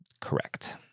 correct